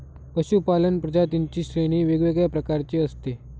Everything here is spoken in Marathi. पशूपालन प्रजातींची श्रेणी वेगवेगळ्या प्रकारची असते